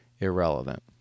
irrelevant